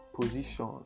position